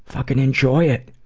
fuckin' enjoy it!